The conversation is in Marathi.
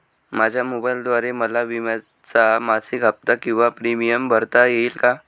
माझ्या मोबाईलद्वारे मला विम्याचा मासिक हफ्ता किंवा प्रीमियम भरता येईल का?